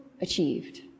achieved